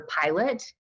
pilot